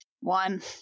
One